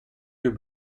yeux